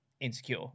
insecure